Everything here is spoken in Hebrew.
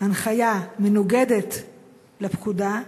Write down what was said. הנחיה מנוגדת לפקודה,